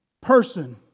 person